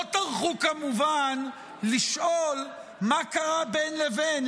לא טרחו כמובן לשאול מה קרה בין לבין,